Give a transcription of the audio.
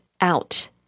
out